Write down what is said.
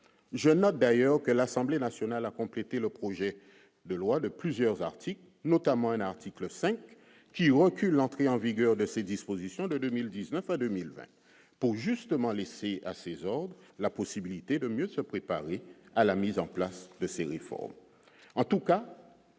je note d'ailleurs que l'Assemblée nationale a compléter le projet de loi de plusieurs articles notamment un article 5 juin que l'entrée en vigueur de ces dispositions de 2019 à 2020 pour justement justement laisser à ses ordres, la possibilité de mieux se préparer à la mise en place de ces réformes,